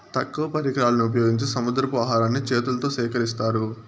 తక్కువ పరికరాలను ఉపయోగించి సముద్రపు ఆహారాన్ని చేతులతో సేకరిత్తారు